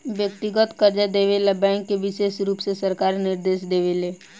व्यक्तिगत कर्जा देवे ला बैंक के विशेष रुप से सरकार निर्देश देवे ले